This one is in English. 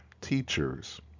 teachers